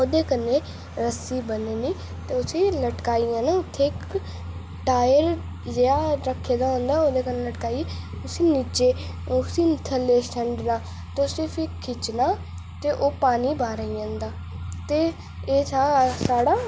ओह्दे कन्नै रस्सी बन्ननी ते उसी लटकाई लैनी उत्थै इक टायल जेहा रक्खे दा हुंदा ओह्दे कन्नै लटकाइयै उसी नीचे उसी थल्लै छंडना तुस इसी खिच्चना ते ओह् पानी बाहर आई जंदा ते एह् था साढ़ा